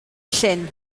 llyn